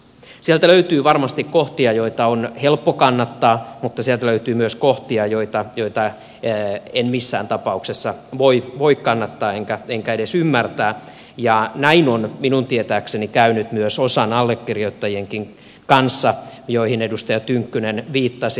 sieltä löytyy varmasti kohtia joita on helppo kannattaa mutta sieltä löytyy myös kohtia joita en missään tapauksessa voi kannattaa enkä edes ymmärtää ja näin on minun tietääkseni käynyt myös osan allekirjoittajienkin kanssa joihin edustaja tynkkynen viittasi